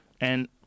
And-